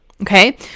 Okay